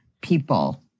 people